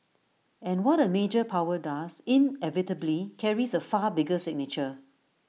and what A major power does inevitably carries A far bigger signature